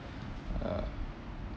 uh